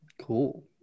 Cool